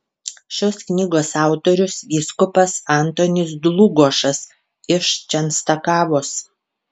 šios knygos autorius vyskupas antonis dlugošas iš čenstakavos